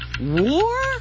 war